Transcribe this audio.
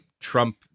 Trump